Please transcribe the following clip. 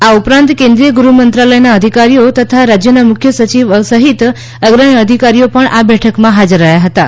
આ ઉપરાંત કેન્દ્રીય ગૃહમંત્રાલય અધિકારીઓ તથા રાજ્યોનાં મુખ્ય સચિવ સહિત અગ્રણી અધિકારીઓ બેઠકમાં હાજર રહ્યા હતાં